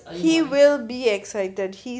he will be excited he